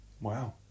Wow